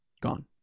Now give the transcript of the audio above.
Gone